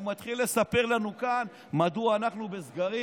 הוא מתחיל לספר לנו כאן מדוע אנחנו בסגרים.